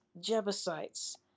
Jebusites